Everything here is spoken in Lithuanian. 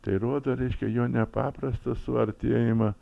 tai rodo reiškia jo nepaprastą suartėjimą